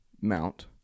mount